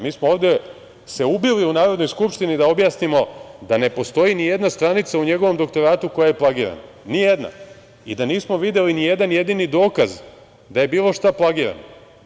Mi smo se ovde ubili u Narodnoj skupštini da objasnimo da ne postoji nijedna stranica u njegovom doktoratu koja je plagirana, nijedna i da nismo videli nijedan jedini dokaz da je bilo šta plagirano.